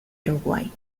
uruguay